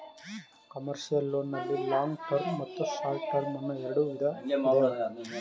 commercial loan ನಲ್ಲಿ long term ಮತ್ತು short term ಅನ್ನೋ ಎರಡು ವಿಧ ಇದೆ